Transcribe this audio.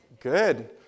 good